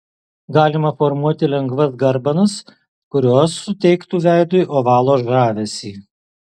galima formuoti lengvas garbanas kurios suteiktų veidui ovalo žavesį